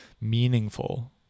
meaningful